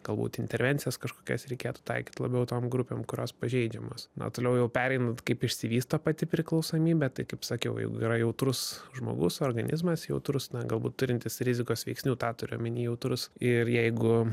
galbūt intervencijas kažkokias reikėtų taikyt labiau tom grupėm kurios pažeidžiamos na toliau jau pereinant kaip išsivysto pati priklausomybė tai kaip sakiaujeigu yra jautrus žmogus organizmas jautrus na galbūt turintis rizikos veiksnių tą turiu omeny jautrus ir jeigu